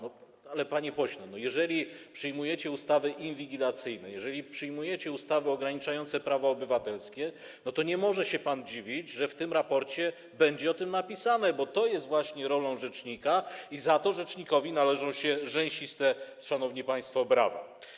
No ale, panie pośle, jeżeli przyjmujecie ustawę inwigilacyjną, jeżeli przyjmujecie ustawy ograniczające prawa obywatelskie, to nie może się pan dziwić, że w tym raporcie będzie o tym napisane, bo to jest właśnie rolą rzecznika i za to rzecznikowi należą się rzęsiste, szanowni państwo, brawa.